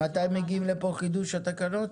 מתי מגיע לפה חידוש התקנות?